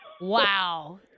Wow